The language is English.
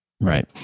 Right